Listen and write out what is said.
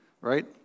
Right